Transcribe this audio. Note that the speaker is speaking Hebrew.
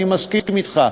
אני מסכים אתך.